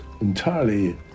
entirely